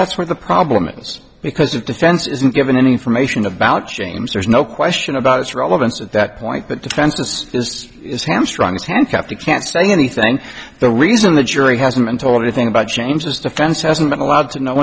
that's where the problem is because the defense isn't given any information about james there's no question about its relevance at that point the defense does this is hamstrung is handcuffed you can't say anything the reason the jury hasn't been told anything about changes defense hasn't been allowed to know